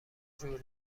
جور